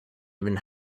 even